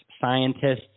scientists